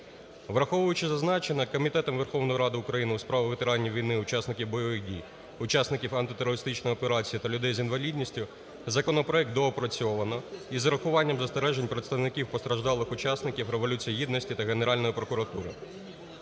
Враховуючи зазначене, Комітетом Верховної Ради України у справах ветеранів війни, учасників бойових дій, учасників антитерористичної операції та людей з інвалідністю законопроект доопрацьовано із урахуванням застережень представників постраждалих учасників Революції Гідності та Генеральної прокуратури,